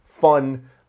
fun